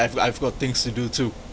I've I've got things to do too